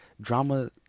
Drama